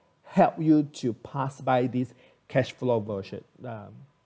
help you to pass by these cash flow bullshit ya